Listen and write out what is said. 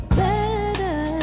better